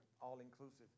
all-inclusive